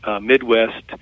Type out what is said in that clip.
Midwest